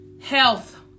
health